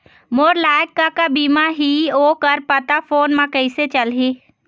मोर लायक का का बीमा ही ओ कर पता फ़ोन म कइसे चलही?